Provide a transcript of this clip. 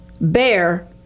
bear